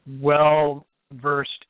well-versed